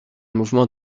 mouvement